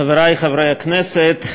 תודה רבה, חברי חברי הכנסת,